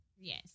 Yes